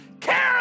care